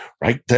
Right